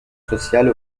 sociale